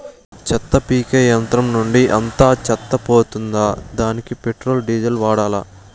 చెత్త పీకే యంత్రం నుండి అంతా చెత్త పోతుందా? దానికీ పెట్రోల్, డీజిల్ వాడాలా?